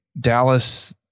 Dallas